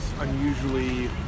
unusually